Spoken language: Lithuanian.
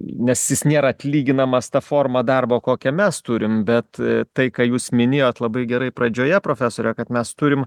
nes jis nėra atlyginamas ta forma darbo kokią mes turim bet tai ką jūs minėjot labai gerai padžioje profesore kad mes turim